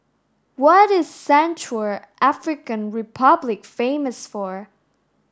what is Central African Republic famous for